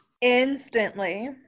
instantly